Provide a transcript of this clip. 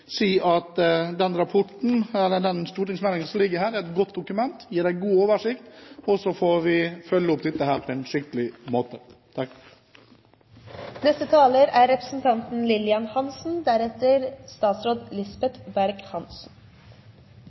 si at den stortingsmeldingen som foreligger her, er et godt dokument og gir en god oversikt. Så får vi følge dette opp på en skikkelig måte. Jeg har tenkt å bruke litt lengre tid, fordi denne meldingen er